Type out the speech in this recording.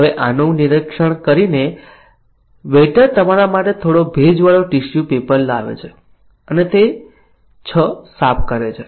હવે આનું નિરીક્ષણ કરીને વેઈટર તમારા માટે થોડો ભેજવાળો ટીશ્યુ પેપર લાવે છે અને તે છ સાફ કરે છે